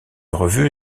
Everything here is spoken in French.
revue